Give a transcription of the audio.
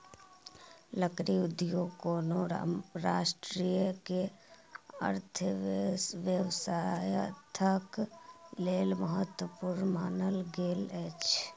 लकड़ी उद्योग कोनो राष्ट्र के अर्थव्यवस्थाक लेल महत्वपूर्ण मानल गेल अछि